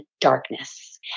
darkness